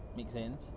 make sense